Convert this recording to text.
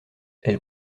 elle